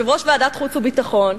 יושב-ראש ועדת החוץ והביטחון,